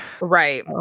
Right